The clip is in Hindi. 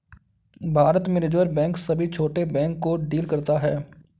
भारत में रिज़र्व बैंक सभी छोटे बैंक को डील करता है